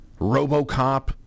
RoboCop